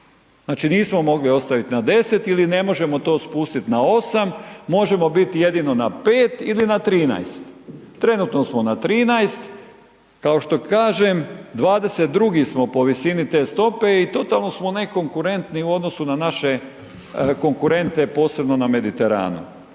znači nismo mogli ostavit na deset ili ne možemo to spustit na osam, možemo biti jedino na pet ili na trinaest, trenutno samo na trinaest. Kao što kažem dvadeset i drugi smo po visini te stope, i totalno smo nekonkurentni u odnosu na naše konkurente, posebno na Mediteranu.